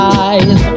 eyes